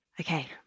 Okay